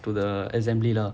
to the assembly lah